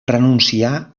renuncià